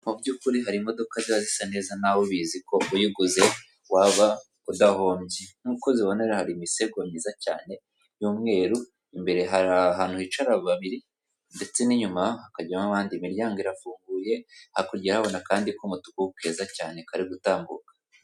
Mu by'ukuri hari imodoka ziba zisa neza nawe ubizi ko uyiguze waba udahombye, nk'uko uzibone rero hari imisego myiza cyane y'umweru imbere hari ahantu hicara babiri ndetse n'inyuma hakajyamo abandi, imiryango irafunguye hakurya urahabona akandi k'umutuku keza cyane kari gutambuka.